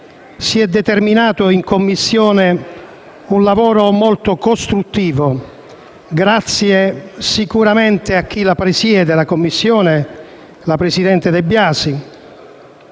Si è determinato in Commissione un lavoro molto costruttivo, sicuramente grazie a chi presiede la Commissione, la presidente De Biasi,